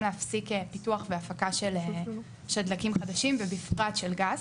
להפסיק פיתוח והפקה של דלקים חדשים ובפרט של גז.